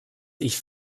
ich